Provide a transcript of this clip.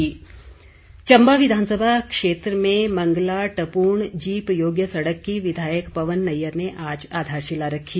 शिलान्यास चम्बा विधानसभा क्षेत्र में मंगला टपूण जीप योग्य सड़क की विधायक पवन नैयर ने आज आधारशिला रखी